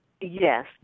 Yes